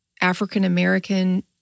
African-American